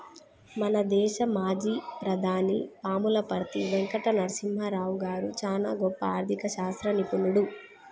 మన దేశ మాజీ ప్రధాని పాములపర్తి వెంకట నరసింహారావు గారు చానా గొప్ప ఆర్ధిక శాస్త్ర నిపుణుడు